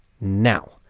Now